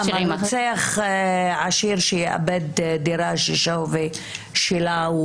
רוצח עשיר שיאבד דירה, זה לא ענישה?